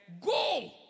go